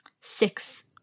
six